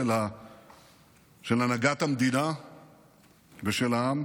של הנהגת המדינה ושל העם,